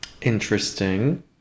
interesting